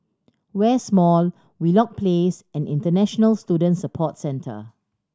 West Mall Wheelock Place and International Student Support Centre